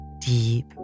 deep